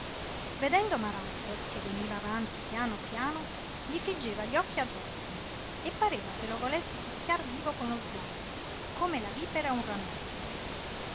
sputava vedendo maràbito che veniva avanti pian piano gli figgeva gli occhi addosso e pareva se lo volesse succhiar vivo con lo sguardo come la vipera un ranocchio